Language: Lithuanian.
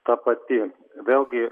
ta pati vėlgi